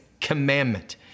commandment